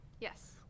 Yes